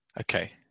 Okay